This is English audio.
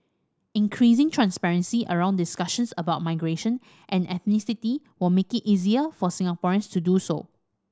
increasing transparency around discussions about migration and ethnicity will make it easier for Singaporeans to do so